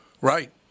Right